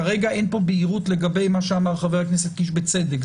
כרגע אין כאן בהירות לגבי מה שאמר חבר הכנסת קיש בצדק.